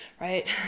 right